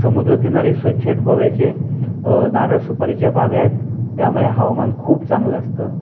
समुद्रकिनारे स्वच्छ आहेत गोव्याचे नारळ सुपारीच्या बागा आहेत त्यामुळे हवामान खूप चांगलं असतं